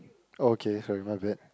oh okay sorry my bad